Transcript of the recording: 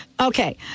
okay